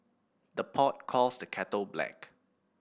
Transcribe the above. the pot calls the kettle black